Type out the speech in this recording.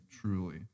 truly